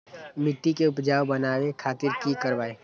मिट्टी के उपजाऊ बनावे खातिर की करवाई?